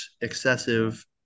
excessive